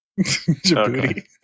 Djibouti